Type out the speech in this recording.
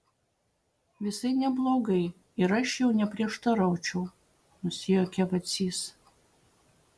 visai neblogai ir aš jau neprieštaraučiau nusijuokė vacys